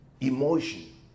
emotion